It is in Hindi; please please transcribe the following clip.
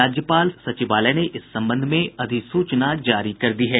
राज्यपाल सचिवालय ने इस संबंध में अधिसूचना जारी कर दी है